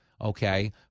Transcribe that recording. okay